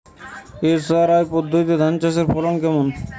SRI পদ্ধতিতে ধান চাষের ফলন কেমন?